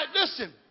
Listen